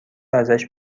ازش